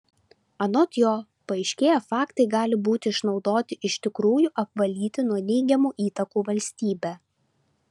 anot jo paaiškėję faktai gali būti išnaudoti iš tikrųjų apvalyti nuo neigiamų įtakų valstybę